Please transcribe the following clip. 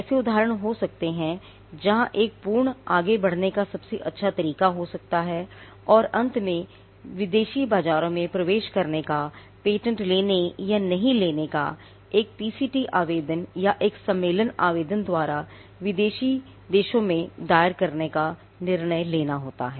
ऐसे उदाहरण हो सकते हैं जहां एक पूर्ण आगे बढ़ने का सबसे अच्छा तरीका हो सकता है और अंत में विदेशी बाजारों में प्रवेश करने का पेटेंट लेने या नहीं लेने का एक पीसीटी आवेदन या एक सम्मेलन आवेदन द्वारा विदेशी देशों में दायर करने का निर्णय लेना होता है